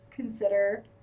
consider